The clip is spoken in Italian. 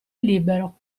libero